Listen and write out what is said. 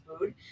food